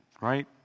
Right